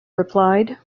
replied